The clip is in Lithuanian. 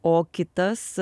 o kitas